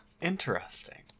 Interesting